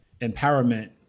empowerment